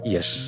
Yes